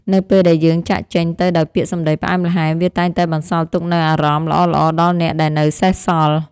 នៅពេលដែលយើងចាកចេញទៅដោយពាក្យសម្តីផ្អែមល្ហែមវាតែងតែបន្សល់ទុកនូវអារម្មណ៍ល្អៗដល់អ្នកដែលនៅសេសសល់។